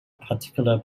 particular